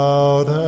out